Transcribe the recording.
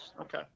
Okay